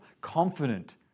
confident